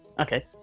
Okay